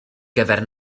gyfer